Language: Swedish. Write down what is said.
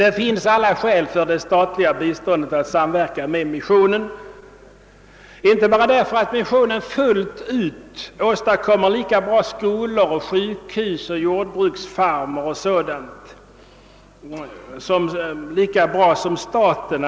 Det finns alla skäl för det statliga biståndet att samverka med missionen, inte bara för att missionen åstadkommer lika bra skolor, sjukhus, jordbruksfarmer och sådant som staten.